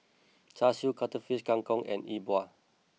Char Siu Cuttlefish Kang Kong and E Bua